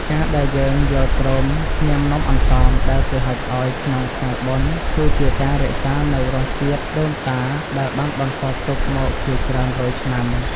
ការដែលយើងយល់ព្រមញ៉ាំនំអន្សមដែលគេហុចឱ្យក្នុងថ្ងៃបុណ្យ គឺជាការរក្សានូវរសជាតិដូនតាដែលបានបន្សល់ទុកមកជាច្រើនរយឆ្នាំ។